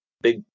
big